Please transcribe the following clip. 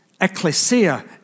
ecclesia